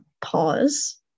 pause